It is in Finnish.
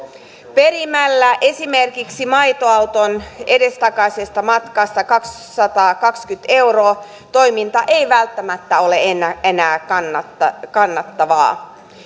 perimällä esimerkiksi maitoauton edestakaisesta matkasta kaksisataakaksikymmentä euroa ei toiminta välttämättä ole enää enää kannattavaa kannattavaa